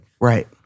Right